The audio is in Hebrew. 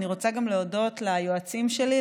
אני רוצה להודות גם ליועצים שלי,